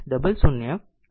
0067 હોય છે